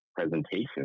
presentation